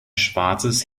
schwarzes